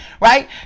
right